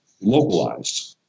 localized